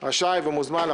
אז בוודאי רשאי ומוזמן.